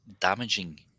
damaging